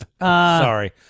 Sorry